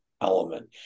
element